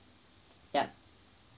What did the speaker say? yup